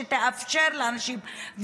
שתאפשר לאנשים,